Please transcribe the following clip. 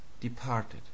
departed